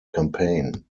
campaign